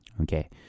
Okay